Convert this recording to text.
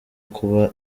kuba